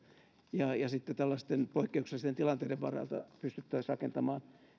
sitten tällaisten poikkeuksellisten tilanteiden varalta pystyttäisiin rakentamaan